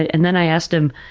and then i asked him,